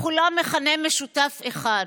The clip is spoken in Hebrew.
לכולם מכנה משותף אחד: